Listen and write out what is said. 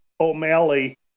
O'Malley